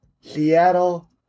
Seattle